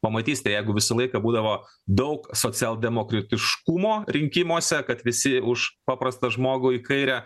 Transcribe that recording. pamatysite jeigu visą laiką būdavo daug socialdemokratiškumo rinkimuose kad visi už paprastą žmogų į kairę